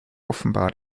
offenbar